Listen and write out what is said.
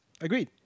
Agreed